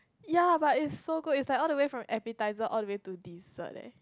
ya but it's so good it's like all the way from appetizer all the way dessert leh